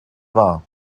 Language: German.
wahr